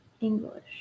English